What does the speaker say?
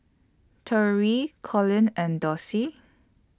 Torey Colin and Dossie